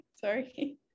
sorry